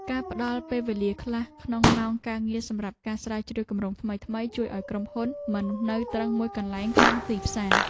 ការផ្ដល់ពេលវេលាខ្លះក្នុងម៉ោងការងារសម្រាប់ការស្រាវជ្រាវគម្រោងថ្មីៗ ជួយឱ្យក្រុមហ៊ុនមិននៅទ្រឹងមួយកន្លែងក្នុងទីផ្សារ។